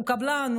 הוא קבלן,